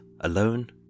alone